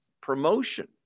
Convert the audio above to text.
promotion